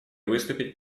выступить